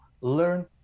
learn